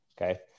Okay